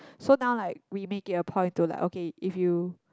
so now like we make it a point to like okay if you